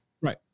Right